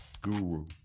guru